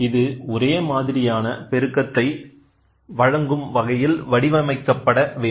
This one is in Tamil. இது ஒரே மாதிரியான பெருக்கத்தை வழங்கும் வகையில் வடிவமைக்கப்பட வேண்டும்